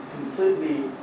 completely